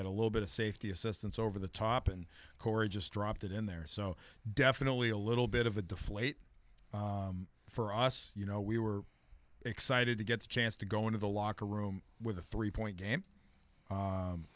had a little bit of a safety assistance over the top and corey just dropped it in there so definitely a little bit of a deflate for us you know we were excited to get the chance to go into the locker room with a three point game